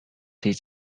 they